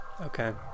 Okay